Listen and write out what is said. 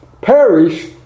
Perish